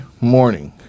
morning